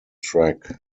track